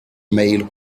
male